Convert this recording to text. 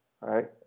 right